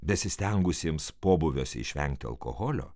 besistengusiems pobūviuose išvengti alkoholio